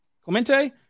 Clemente